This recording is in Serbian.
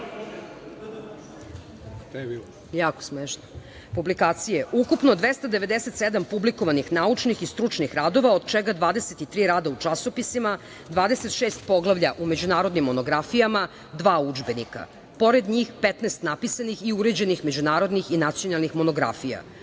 - priznanje…Publikacije: ukupno 297 publikovanih naučnih i stručnih radova, od čega 23 rada u časopisima, 26 poglavlja u međunarodnim monografijama, dva udžbenika. Pored njih, 15 napisanih i uređenih međunarodnih i nacionalnih monografija.